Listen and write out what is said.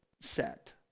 set